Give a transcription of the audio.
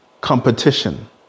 competition